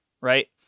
right